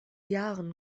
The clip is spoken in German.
jahren